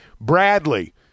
Bradley